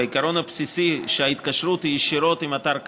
והעיקרון הבסיסי הוא שההתקשרות היא ישירות עם אתר קצה,